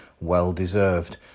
well-deserved